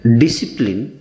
discipline